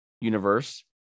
universe